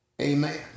amen